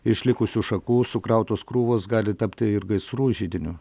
iš likusių šakų sukrautos krūvos gali tapti ir gaisrų židiniu